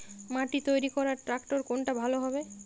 মাটি তৈরি করার ট্রাক্টর কোনটা ভালো হবে?